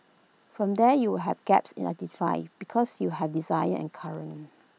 from there you have gaps identified because you have desired and current